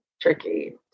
tricky